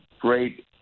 great